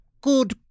Good